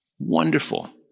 Wonderful